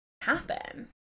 happen